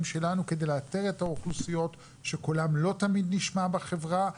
שלנו כדי לאתר את האוכלוסיות שקולם לא תמיד נשמע בחברה,